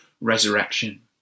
resurrection